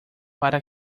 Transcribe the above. pára